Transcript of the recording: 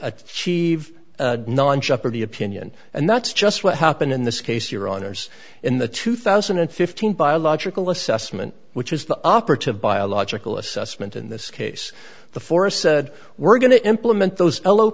achieve non shepherd the opinion and that's just what happened in this case your honour's in the two thousand and fifteen biological assessment which is the operative biological assessment in this case the forest said we're going to implement those l o